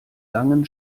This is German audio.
langen